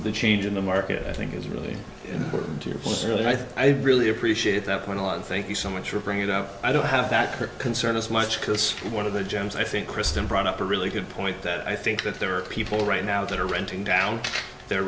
the change in the market i think is really important to you personally i think i'd really appreciate that going on thank you so much for bringing it up i don't have that concern as much because one of the gems i think kristen brought up a really good point that i think that there are people right now that are renting down the